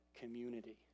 community